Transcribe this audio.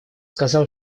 сказал